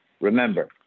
remember